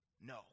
No